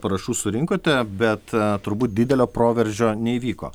parašų surinkote bet turbūt didelio proveržio neįvyko